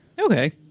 Okay